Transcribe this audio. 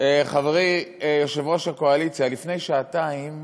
חברי יושב-ראש הקואליציה, לפני שעתיים